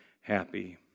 happy